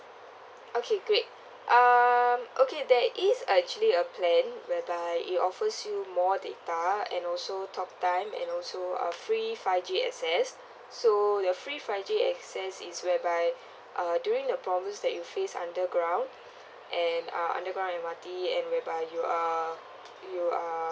okay great um okay there is actually a plan whereby it offers you more data and also talk time and also uh free five G access so your free five G access says it's whereby uh during the problems that you faced underground and uh underground M_R_T and whereby you are you are